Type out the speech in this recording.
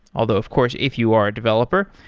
although of course if you are a developer,